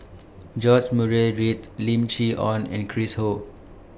George Murray Reith Lim Chee Onn and Chris Ho